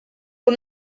aux